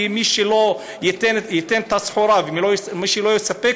כי מי שלא ייתן את הסחורה ומי שלא יספק